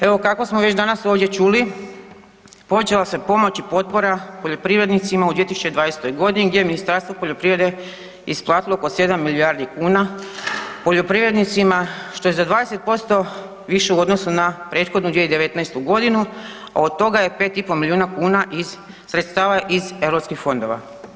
Evo kako smo već danas ovdje čuli, povećala se pomoć i potpora poljoprivrednicima u 2020. godini gdje je Ministarstvo poljoprivrede isplatilo oko 7 milijardi kuna poljoprivrednicama što je za 20% više u odnosu na prethodnu 2019. godinu, a od toga je 5,5 milijuna kuna iz sredstava iz europskih fondova.